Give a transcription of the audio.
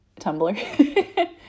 Tumblr